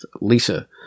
lisa